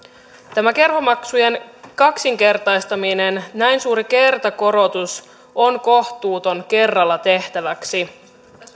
tämä kerhomaksujen kaksinkertaistaminen näin suuri kertakorotus on kohtuuton kerralla tehtäväksi